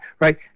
right